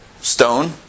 stone